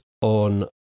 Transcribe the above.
on